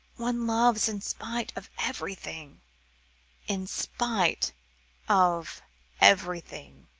one loves in spite of everything in spite of everything.